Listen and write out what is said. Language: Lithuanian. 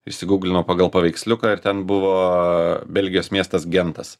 išsigūglinau pagal paveiksliuką ir ten buvo belgijos miestas gentas